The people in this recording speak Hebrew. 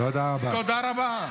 תודה רבה.